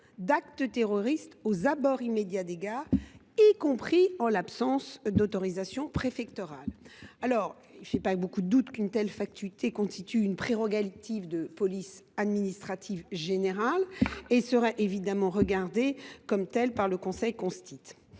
d’actes terroristes aux abords immédiats des gares, y compris en l’absence d’autorisation préfectorale. Il ne fait guère de doute qu’une telle faculté constitue une prérogative de police administrative générale et serait regardée comme telle par le Conseil